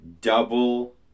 double